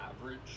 average